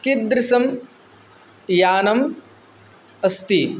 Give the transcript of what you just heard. कीदृसं यानम् अस्ति